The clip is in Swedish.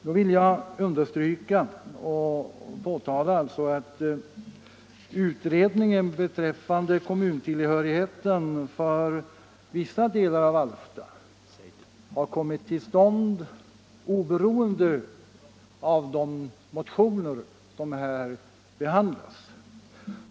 Jag vill understryka att utredningen om kommuntillhörigheten för vissa delar av Alfta kommit till stånd oberoende av de motioner som här behandlas.